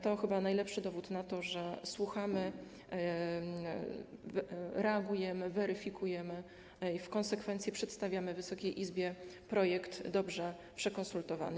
To chyba najlepszy dowód na to, że słuchamy, reagujemy, weryfikujemy i w konsekwencji przedstawiamy Wysokiej Izbie projekt dobrze przekonsultowany.